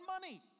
money